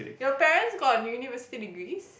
your parents got university degrees